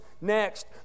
next